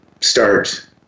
start